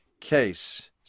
case